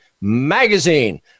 Magazine